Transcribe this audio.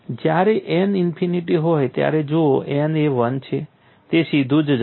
જ્યારે n infinity હોય ત્યારે જુઓ n એ 1 છે તે સીધું જ જશે